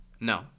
no